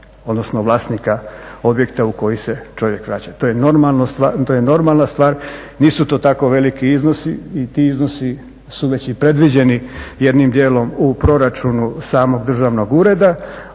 odnosno vlasnika objekta u koji se čovjek vraća. To je normalna stvar, nisu to tako veliki iznosi i ti iznosi su već i predviđeni jednim dijelom u proračunu samog državnog ureda,